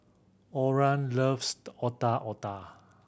Oran loves Otak Otak